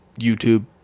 YouTube